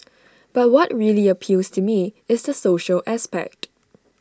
but what really appeals to me is the social aspect